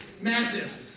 massive